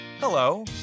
Hello